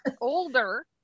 older